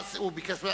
הוא ביקש בסוף.